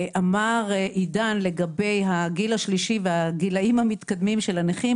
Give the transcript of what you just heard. אמר עידן לגבי הגיל השלישי והגילאים המתקדמים של הנכים,